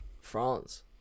France